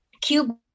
cube